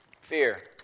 fear